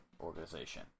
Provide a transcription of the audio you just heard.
organization